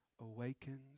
awakens